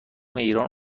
ایران